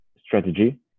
strategy